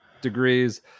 degrees